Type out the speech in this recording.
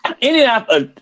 Indianapolis